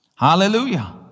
Hallelujah